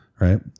right